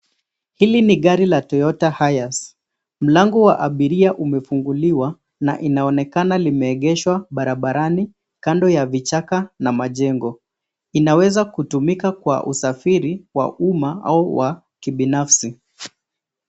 Hili ni gari la Toyota Hiace . Mlango wa abiria umefunguliwa na linaonekana limeegeshwa barabarani kando ya vichaka na majengo. Inaweza kutumika kwa usafiri wa umma au wa kibinafsi.